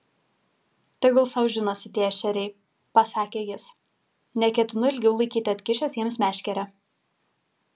tegul sau žinosi tie ešeriai pasakė jis neketinu ilgiau laikyti atkišęs jiems meškerę